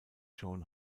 joan